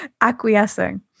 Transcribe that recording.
Acquiescing